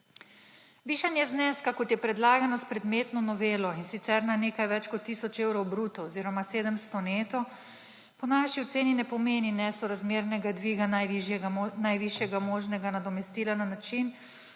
Višanje zneska, kot je predlagano s predmetno novelo, in sicer na nekaj več kot tisoč evrov bruto oziroma 700 neto, po naši oceni ne pomeni nesorazmernega dviga najvišjega možnega nadomestila na način,